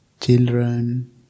children